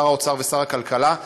שר האוצר ושר הכלכלה,